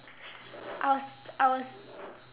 I was I was